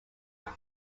than